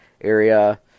area